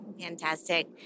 fantastic